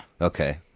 Okay